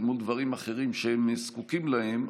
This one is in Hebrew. אל מול דברים אחרים שהם זקוקים להם,